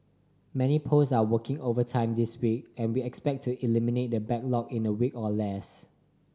many post are working overtime this week and we expect to eliminate the backlog in a week or less